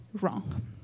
wrong